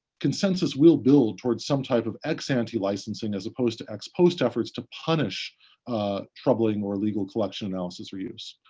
consensus will build towards some type of ex-ante licensing as opposed to ex-post efforts to punish troubling or illegal collection analysis or use.